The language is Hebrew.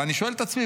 ואני שואל את עצמי,